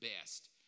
best